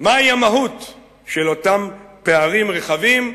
מהי המהות של אותם פערים רחבים,